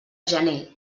gener